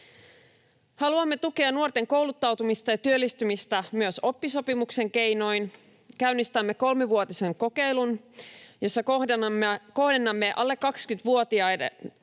Haluamme tukea nuorten kouluttautumista ja työllistymistä myös oppisopimuksen keinoin. Käynnistämme kolmivuotisen kokeilun, jossa kohdennamme alle 20-vuotiaiden